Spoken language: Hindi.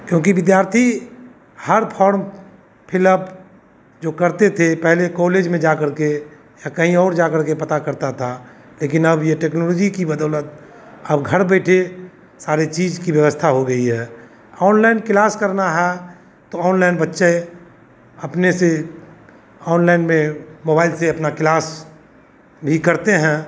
क्योंकि विद्यार्थी हर फॉर्म फिल अप जो करते थे पहले कोलेज में जा करके या कहीं और जा करके पता करता था लेकिन अब ये टेक्नोलोजी के बदौलत अब घर बैठे सारे चीज की व्यवस्था हो गई है ओनलाएन किलास करना है तो ओनलाएन बच्चे अपने से ओनलाएन में मोबाइल से अपना किलास भी करते हैं